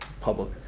public